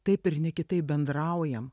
taip ir ne kitaip bendraujam